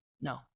No